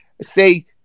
Say